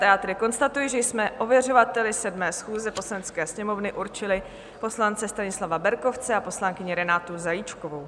A já tedy konstatuji, že jsme ověřovateli 7. schůze Poslanecké sněmovny určili poslance Stanislava Berkovce a poslankyni Renátu Zajíčkovou.